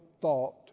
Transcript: thought